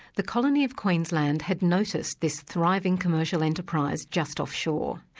the colony of queensland had noticed this thriving commercial enterprise just offshore,